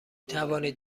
توانید